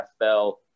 NFL